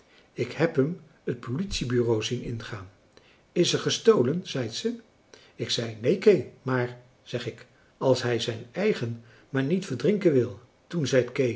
ik heb hem het politiebureau zien ingaan is er gestolen zeit ze ik zeg neen kee maar zeg ik als hij zijn eigen maar niet verdrinken wil toen zeit